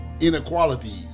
inequality